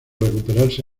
recuperarse